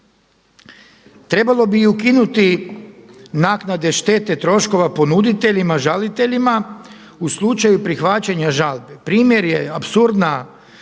Trebalo bi i ukinuti naknade štete troškova ponuditeljima, žaliteljima u slučaju prihvaćanja žalbi. Primjer je apsurdna